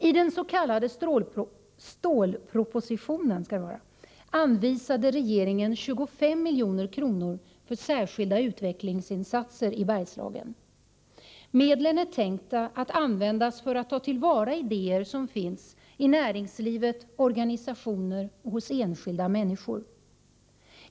I den s.k. stålpropositionen anvisade regeringen 25 milj.kr. för särskilda utvecklingsinsatser i Bergslagen. Medlen är tänkta att användas för att ta till vara idéer som finns i näringsliv och organisationer och hos enskilda människor.